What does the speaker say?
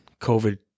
COVID